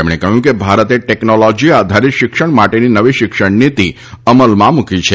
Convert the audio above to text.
તેમણે કહ્યું કે ભારતે ટેકનોલોજી આધારિત શિક્ષણ માટેની નવી શિક્ષણ નીતિ અમલમાં મૂકી છે